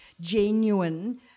genuine